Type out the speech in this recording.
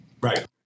Right